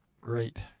great